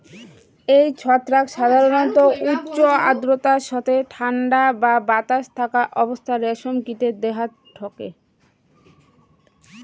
এই ছত্রাক সাধারণত উচ্চ আর্দ্রতার সথে ঠান্ডা বা বাতাস থাকা অবস্থাত রেশম কীটে দেহাত ঢকে